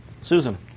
Susan